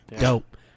dope